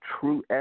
true